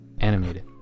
animated